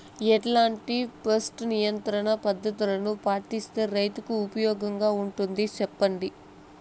ఎట్లాంటి పెస్ట్ నియంత్రణ పద్ధతులు పాటిస్తే, రైతుకు ఉపయోగంగా ఉంటుంది సెప్పండి?